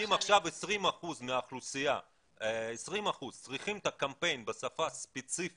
אם עכשיו 20% מהאוכלוסייה צריכים את הקמפיין בשפה ספציפית